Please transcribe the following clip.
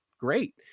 great